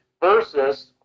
versus